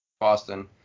Boston